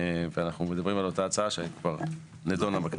אנחנו מדברים על אותה הצעה שכבר נדונה בכנסת.